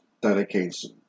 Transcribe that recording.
dedication